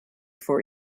for